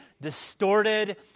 distorted